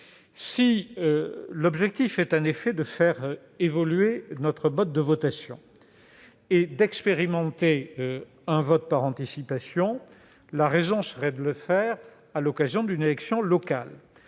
Si l'objectif est un effet de faire évoluer notre mode de votation et d'expérimenter un vote par anticipation, la raison voudrait qu'on le fasse à l'occasion d'une élection locale.